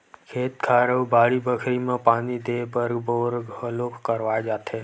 खेत खार अउ बाड़ी बखरी म पानी देय बर बोर घलोक करवाए जाथे